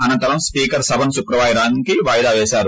అనంతరం స్పీకర్ సభను శుక్రవారానికి వాయిదా పేశారు